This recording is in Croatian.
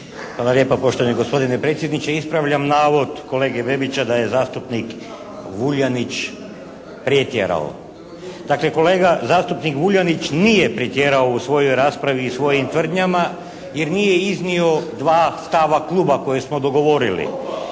Hvala lijepa, poštovani gospodine predsjedniče. Ispravljam navod kolege Bebića da je zastupnik Vuljanić pretjerao. Dakle, kolega zastupnik Vuljanić nije pretjerao u svojoj raspravi i svojim tvrdnjama jer nije iznio 2 stava kluba koje smo dogovorili.